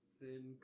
thin